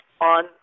on